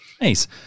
Nice